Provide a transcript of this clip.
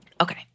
Okay